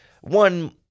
one